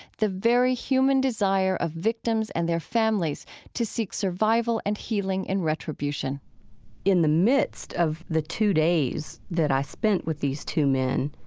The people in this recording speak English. the very human desire of victims and their families to seek survival and healing in retribution in the midst of the two days that i spent with these two men,